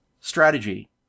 strategy